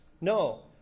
No